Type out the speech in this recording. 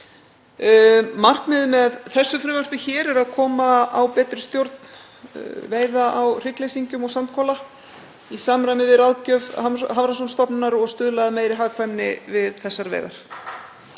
Markmiðið með þessu frumvarpi er að koma á betri stjórn veiða á hryggleysingjum og sandkola í samræmi við ráðgjöf Hafrannsóknastofnunar og stuðla að meiri hagkvæmni við þessar veiðar.